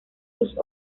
sus